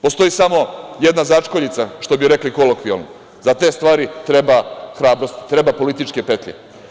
Postoji samo jedna začkoljica, što bi rekli kolokvijalno - za te stvari treba hrabrosti, treba političke petlje.